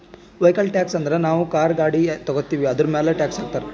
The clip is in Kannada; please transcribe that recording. ವೈಕಲ್ ಟ್ಯಾಕ್ಸ್ ಅಂದುರ್ ನಾವು ಕಾರ್, ಗಾಡಿ ತಗೋತ್ತಿವ್ ಅದುರ್ಮ್ಯಾಲ್ ಟ್ಯಾಕ್ಸ್ ಹಾಕ್ತಾರ್